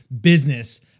business